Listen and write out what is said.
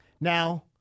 Now